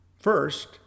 First